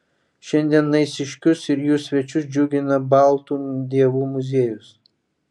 šiandien naisiškius ir jų svečius džiugina baltų dievų muziejus